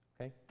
Okay